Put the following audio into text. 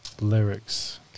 Lyrics